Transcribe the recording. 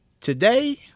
today